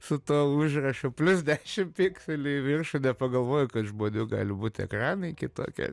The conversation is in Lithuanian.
su tuo užrašu plius dešim pikselių į viršų nepagalvoju kad žmonių gali būt ekranai kitokie